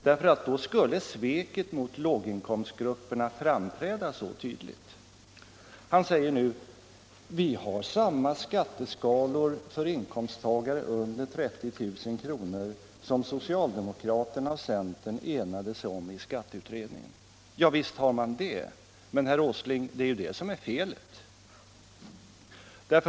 Då skulle nämligen sveket mot låginkomstgrupperna framträda mycket tydligt. Han säger nu: ”Vi har samma skatteskalor för inkomsttagarna under 30 000 kr. som socialdemokraterna och centern enades om i skatteutredningen.” Ja, visst har man det, men, herr Åsling, det är ju det som är felet.